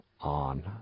on